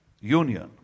union